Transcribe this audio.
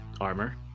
armor